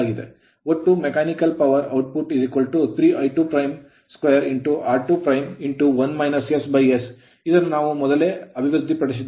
ಒಟ್ಟು mechanical power ಯಾಂತ್ರಿಕ ಶಕ್ತಿಯ ಔಟ್ಪುಟ್ 3 I22 r2 s ಇದನ್ನು ನಾವು ಮೊದಲೇ ಅಭಿವೃದ್ಧಿಪಡಿಸಿದ್ದೇವೆ